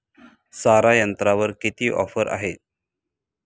सारा यंत्रावर किती ऑफर आहे?